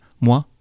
moi